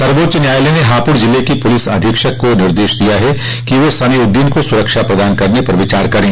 सर्वोच्च न्यायालय ने हापुड़ जिले के पुलिस अधीक्षक को भी निर्देश दिया है कि वे समीउद्दीन को सुरक्षा प्रदान करने पर विचार करें